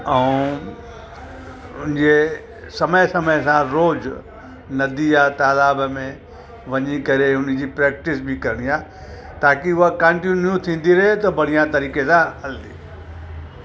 ऐं जे समय समय सां रोज़ु नदी या तालाब में वञी करे उन जी प्रेक्टिस बि करिणी आहे ताकी उहा कंटीन्यू थींदी रहे त बढ़िया तरीक़े सां हलंदी